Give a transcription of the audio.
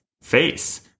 face